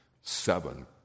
seven